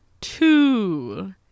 two